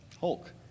hulk